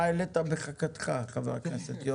מה העלית בחכתך חבר הכנסת יוראי.